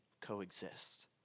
coexist